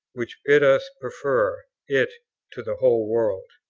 which bid us prefer it to the whole world?